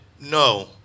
no